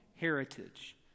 heritage